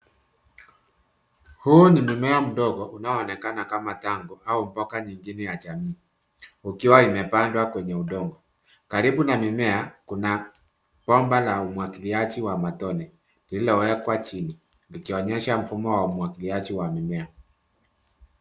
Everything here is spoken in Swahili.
Huu ni mmea mdogo unaoonekana kama dambo au mboga nyingine ya jamii, ukiwa umepandwa kwenye udongo. Karibu na mimea, kuna bomba la umwagiliaji wa matone, lililowekwa chini, likionyesha mfumo wa umwagiliaji wa mimea.